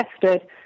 tested